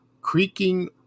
creaking